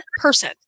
person